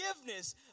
forgiveness